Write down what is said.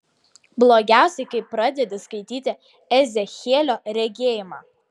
blogiausia kai pradedi skaityti ezechielio regėjimą